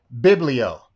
biblio